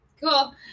cool